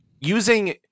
using